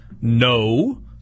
no